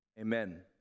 Amen